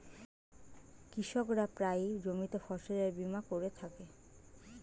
কৃষকরা প্রায়ই জমিতে ফসলের বীমা করে থাকে